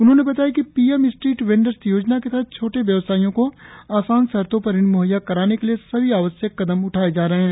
उन्होंने बताया कि पीएम स्ट्रीट वेंडर्स योजना के तहत छोटे व्यवसायियों को आसान शर्तों पर ऋण म्हैया कराने के लिए सभी आवश्यक कदम उठाएं गए है